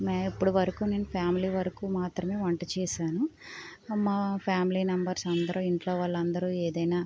ఇప్పుడు వరకు నేను ఫ్యామిలీ వరకు మాత్రమే వంట చేశాను మా ఫ్యామిలీ నంబర్స్ అందరూ ఇంట్లో వాళ్ళందరూ ఏదైనా